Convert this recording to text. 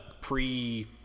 pre